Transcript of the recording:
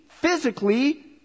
Physically